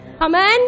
Amen